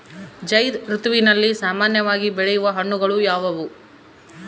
ಝೈಧ್ ಋತುವಿನಲ್ಲಿ ಸಾಮಾನ್ಯವಾಗಿ ಬೆಳೆಯುವ ಹಣ್ಣುಗಳು ಯಾವುವು?